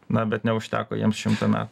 na bet neužteko jiems šimto metų